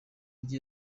rye